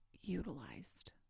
utilized